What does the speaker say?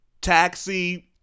taxi